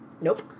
Nope